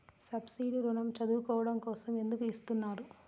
Subsidy ఋణం చదువుకోవడం కోసం ఎందుకు ఇస్తున్నారు?